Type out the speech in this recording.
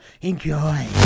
Enjoy